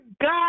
God